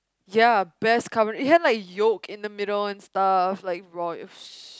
ya best carbo~ they have like yolk in the middle and stuff like raw it was